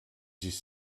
sich